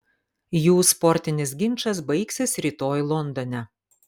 jų sportinis ginčas baigsis rytoj londone